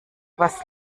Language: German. was